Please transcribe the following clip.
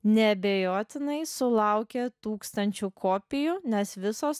neabejotinai sulaukė tūkstančių kopijų nes visos